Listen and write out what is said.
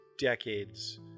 decades